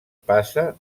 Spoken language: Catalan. passa